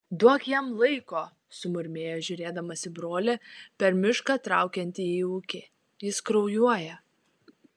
duok jam laiko sumurmėjo žiūrėdamas į brolį per mišką traukiantį į ūkį jis kraujuoja